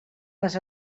les